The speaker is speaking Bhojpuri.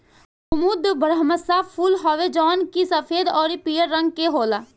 कुमुद बारहमासा फूल हवे जवन की सफ़ेद अउरी पियर रंग के होला